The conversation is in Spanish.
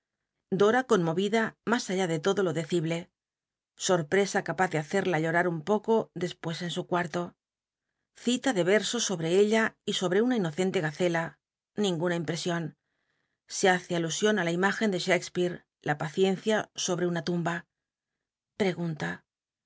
dora conmovida mas alhi de lodo lo decible sorpresa capaz do harel'la llor ll un poco de pues en su cuarto cita dé ermls sobre ella y obi'c una inoi'i'ntr gacela ninguna impresión se hace alu ion i la imügcn de shakspeare la paciencia obre una tumba ptegnnta